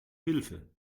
hilfe